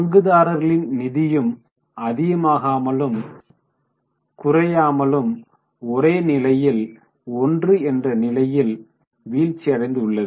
பங்குதாரர்களின் நிதியும் அதிகமாகாமலும் குறையாமலும் ஒரே நிலையில் 1 என்ற நிலையில் வீழ்ச்சியடைந்துள்ளது